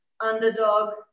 underdog